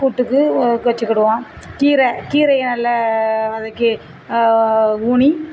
கூட்டுக்கு வச்சிக்கிடுவோம் கீரை கீரைய நல்ல வதக்கி ஊணி